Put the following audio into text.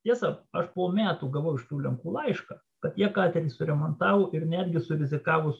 tiesa aš po metų gavau iš tų lenkų laišką kad jie katerį suremontavo ir netgi surizikavo